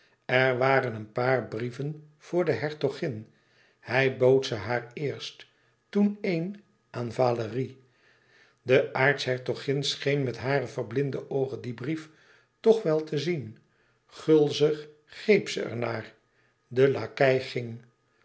er waren een paar brieven voor de hertogin hij bood ze haar eerst toen éen aan valérie de aartshertogin scheen met hare verblinde oogen dien brief toch wel te zien gulzig greep zij er naar de lakei ging